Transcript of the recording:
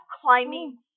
climbing